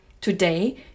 Today